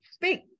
Speak